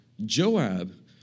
Joab